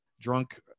drunk